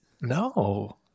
No